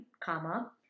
comma